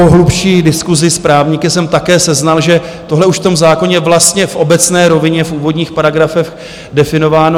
Po hlubší diskusi s právníky jsem také seznal, že tohle už v tom zákoně vlastně v obecné rovině v úvodních paragrafech definováno je.